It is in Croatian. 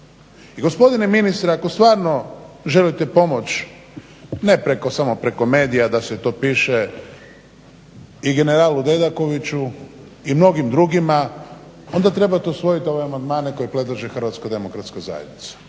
I gospodine ministre, ako stvarno želite pomoći ne samo preko medija da se to piše i generalu Dedakoviću i mnogim drugima onda trebate usvojit ove amandmane koje predlaže HDZ i onda ćete